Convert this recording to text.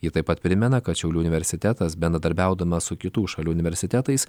ji taip pat primena kad šiaulių universitetas bendradarbiaudamas su kitų šalių universitetais